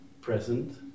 present